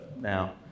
now